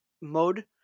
mode